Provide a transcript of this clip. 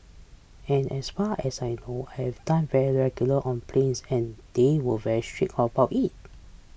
and as far as I know done very regularly on planes and they were very strict about it